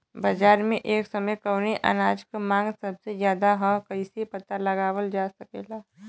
बाजार में एक समय कवने अनाज क मांग सबसे ज्यादा ह कइसे पता लगावल जा सकेला?